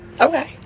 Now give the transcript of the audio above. okay